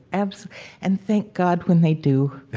and so and thank god when they do